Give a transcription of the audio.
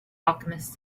alchemist